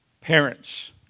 Parents